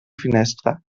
finestra